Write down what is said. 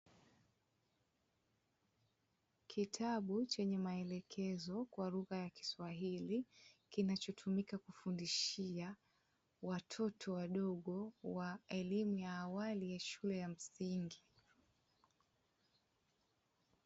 Kitabu chenye maelekezo kwa lugha ya kiswahili kinachotumika kufundishia watoto wadogo wa elimu ya awali ya shule ya msingi.